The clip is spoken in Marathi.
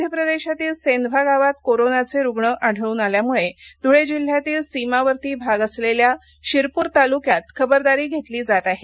मध्य प्रदेशातील सेंधवा गावात कोरोनाचे रुग्ण आढळून आल्यामुळे धुळे जिल्ह्यातील सीमावर्ती भाग असलेल्या शिरपूर तालुक्यात खबरदारी घेतली जात आहे